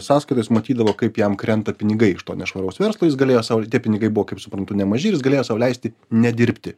sąskaitas matydavo kaip jam krenta pinigai iš to nešvaraus verslo jis galėjo sau ir tie pinigai buvo kaip suprantu ne maži jis galėjo sau leisti nedirbti